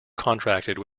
contracted